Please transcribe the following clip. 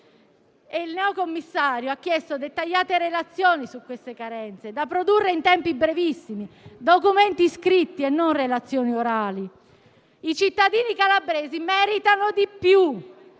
il neocommissario ha chiesto dettagliate relazioni su queste carenze, da produrre in tempi brevissimi, con documenti scritti e non con relazioni orali. I cittadini calabresi meritano di più: